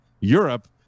Europe